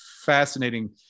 fascinating